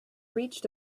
reached